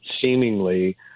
seemingly